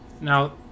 Now